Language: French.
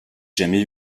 jamais